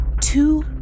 Two